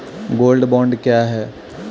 Gold bond क्या है?